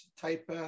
type